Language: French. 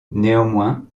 néanmoins